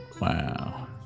Wow